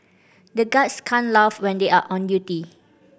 the guards can't laugh when they are on duty